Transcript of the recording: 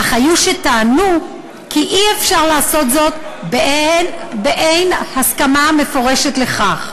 אך היו שטענו כי אי-אפשר לעשות זאת באין הסכמה מפורשת לכך.